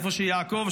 איפה שיעקב,